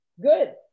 Good